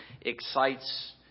excites